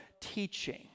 teaching